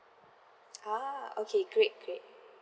ah okay great great